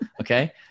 okay